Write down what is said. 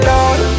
Lord